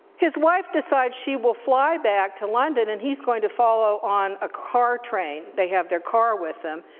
his wife decides she will fly back to london and he's going to follow on a car train, they have their car with them,